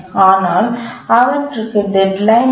ஆனால் அவற்றுக்கு டெட்லைன் இல்லை